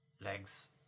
Legs